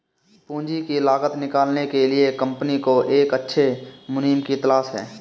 पूंजी की लागत निकालने के लिए कंपनी को एक अच्छे मुनीम की तलाश है